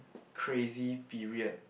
crazy period